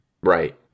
right